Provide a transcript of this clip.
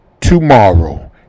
tomorrow